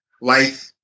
life